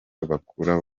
bakuru